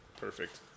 Perfect